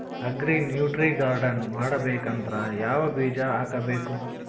Agri nutri garden ಮಾಡಬೇಕಂದ್ರ ಯಾವ ಬೀಜ ಹಾಕಬೇಕು?